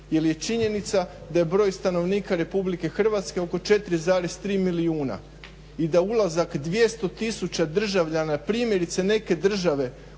jer je činjenica da je broj stanovnika RH oko 4,3 milijuna i da ulazak 200 tisuća državljana primjerice neke države